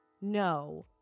no